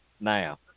now